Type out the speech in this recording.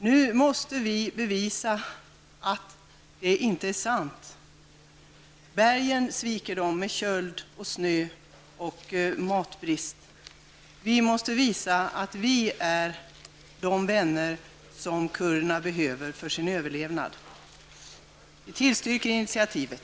Nu måste vi bevisa att det inte är sant. Bergen sviker dem med köld, snö och matbrist. Vi måste visa att vi är de vänner som kurderna behöver för sin överlevnad. Vi tillstyrker initiativet.